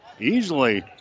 Easily